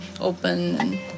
open